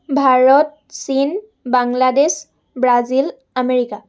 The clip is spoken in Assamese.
ভাৰত চীন বাংলাদেশ ব্ৰাজিল আমেৰিকা